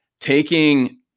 taking